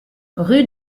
rue